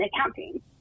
accounting